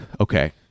Okay